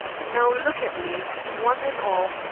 now look at me, one and all,